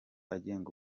agenga